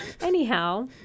Anyhow